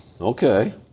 okay